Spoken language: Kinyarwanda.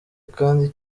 kandi